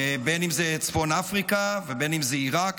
בין אם זה צפון אפריקה ובין אם זה עיראק.